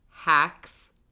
Hacks